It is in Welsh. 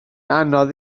anodd